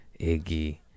Iggy